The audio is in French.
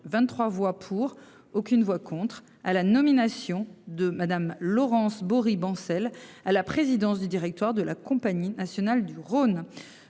23 voix pour aucune voix contre à la nomination de Madame Laurence Bory Bancel à la présidence du directoire de la Compagnie nationale du Rhône.